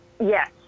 yes